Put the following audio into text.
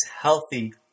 healthy